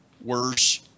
worse